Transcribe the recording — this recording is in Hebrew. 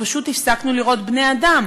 אנחנו פשוט הפסקנו לראות בני-אדם.